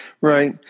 Right